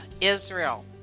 Israel